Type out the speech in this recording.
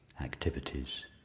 activities